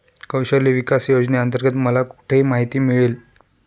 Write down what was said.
कौशल्य विकास योजनेअंतर्गत मला कुठे माहिती मिळेल?